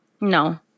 No